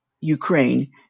Ukraine